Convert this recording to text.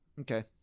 Okay